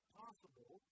possible